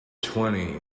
twenty